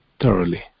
thoroughly